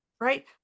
right